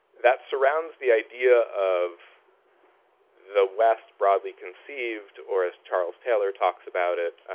that surrounds the idea of the west broadly conceived or as charles taylor talks about it